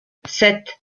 sept